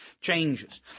changes